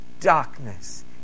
darkness